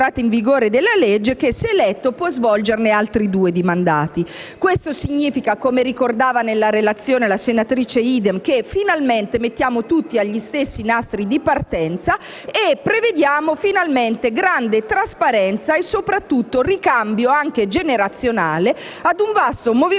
grazie a tutti